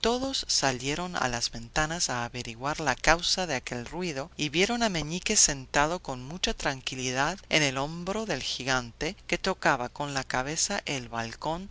todos salieron a las ventanas a averiguar la causa de aquel ruido y vieron a meñique sentado con mucha tranquilidad en el hombro del gigante que tocaba con la cabeza el balcón